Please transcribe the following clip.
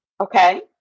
Okay